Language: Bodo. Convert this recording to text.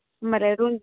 होनबालाय रन्जित